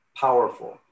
powerful